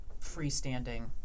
freestanding